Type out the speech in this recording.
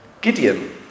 Gideon